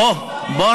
אוה, בוא